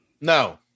No